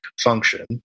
function